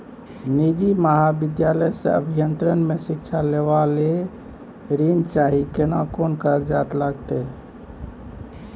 निजी महाविद्यालय से अभियंत्रण मे शिक्षा लेबा ले ऋण चाही केना कोन कागजात लागतै?